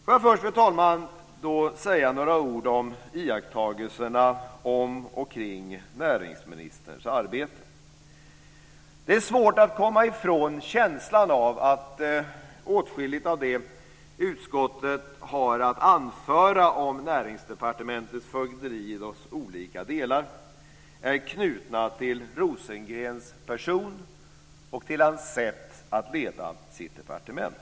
Får jag först, fru talman, säga några ord om iakttagelserna om och kring näringsministerns arbete. Det är svårt att komma från känslan av att åtskilligt av det utskottet har att anföra om Näringsdepartementets fögderi i dess olika delar är knutna till Rosengrens person och till hans sätt att leda sitt departement.